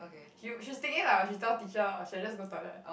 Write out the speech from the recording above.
she w~ she was thinking like oh I should tell teacher or should I just go toilet